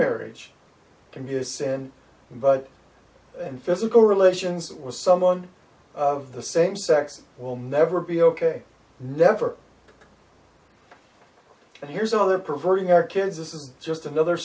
marriage can be a sin but and physical relations with someone of the same sex will never be ok never and here's another perverting our kids this is just another